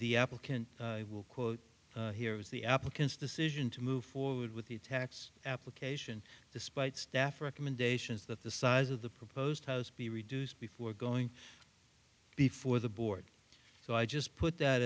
the applicant will quote here is the applicant's decision to move forward with the tax application despite staff recommendations that the size of the proposed house be reduced before going before the board so i just put that